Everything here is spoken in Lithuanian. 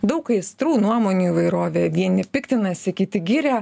daug aistrų nuomonių įvairovė vieni piktinasi kiti giria